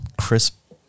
crisp